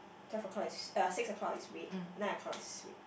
twelve o-clock is uh six o-clock is red nine o-clock is red